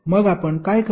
मग आपण काय करू